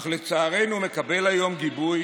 אך לצערנו הוא מקבל היום גיבוי